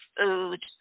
food